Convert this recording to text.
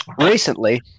recently